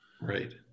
Right